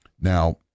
Now